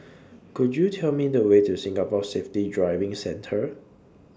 Could YOU Tell Me The Way to Singapore Safety Driving Centre